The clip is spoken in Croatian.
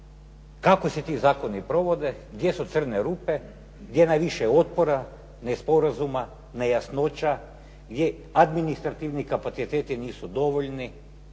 Kako se ti zakoni provode? Gdje su crne rupe? Gdje je najviše otpora, nesporazuma, nejasnoća? Gdje administrativni kapaciteti nisu dovoljni?